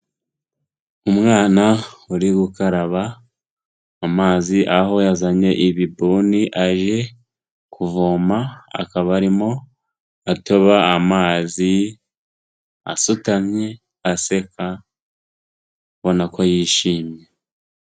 Umwana uri gukaraba amazi, aho yazanye ibibuni aje kuvoma, akaba arimo atoba amazi, asutamye aseka, ubona ko yishimye.